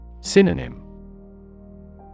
Synonym